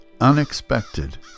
unexpected